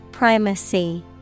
Primacy